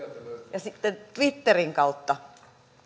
ja sitten twitterin kautta